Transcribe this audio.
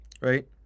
right